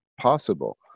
possible